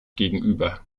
gegenüber